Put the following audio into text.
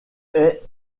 est